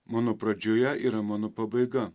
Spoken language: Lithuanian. mano pradžioje yra mano pabaiga